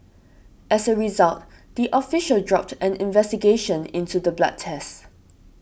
as a result the official dropped an investigation into the blood test